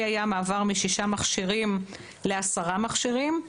היה מעבר משישה מכשירים לעשרה מכשירים.